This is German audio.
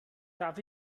darf